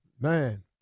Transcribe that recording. Man